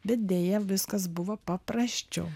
bet deja viskas buvo paprasčiau